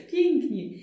Pięknie